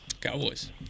Cowboys